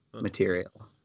material